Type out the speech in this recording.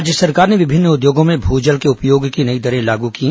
राज्य सरकार ने विभिन्न उद्योगों में भू जल के उपयोग की नई दरें लागू कीं